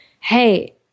hey